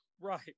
Right